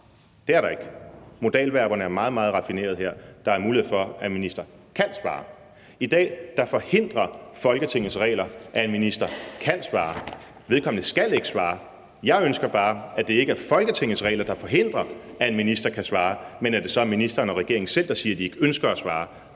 Det er der ikke. Modalverberne er meget, meget raffinerede her: Der er mulighed for, at en minister kan svare. I dag forhindrer Folketingets regler, at en minister kan svare. Vedkommende skal ikke svare. Jeg ønsker bare, at det ikke er Folketingets regler, der forhindrer, at en minister kan svare, men at det så er ministeren og regeringen selv, der siger, at de ikke ønsker at svare.